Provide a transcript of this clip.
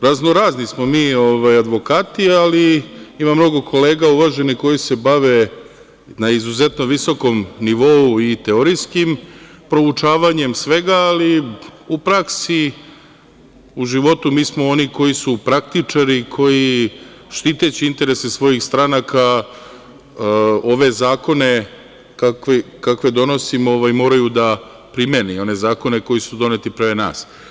Raznorazni smo mi advokati, ali ima mnogo kolega uvaženih koji se bave na izuzetno visokom nivou i teorijskim proučavanjem svega, ali u praksi, u životu mi smo oni koji su praktičari, koji štiteći interese svojih stranka ove zakone, kakve donosimo, moraju da primene i one zakone koji su doneti pre nas.